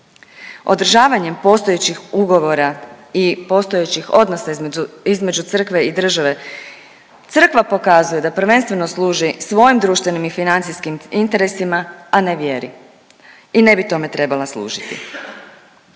Održavanjem postojećih ugovora i postojećih odnosa između, između crkve i države, crkva pokazuje da prvenstveno služi svojim društvenim i financijskim interesima, a ne vjeri i ne bi tome trebala služiti.